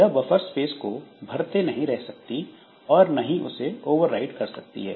यह buffer space को भरते नहीं रह सकती और न ही उसे ओवरराइट कर सकती है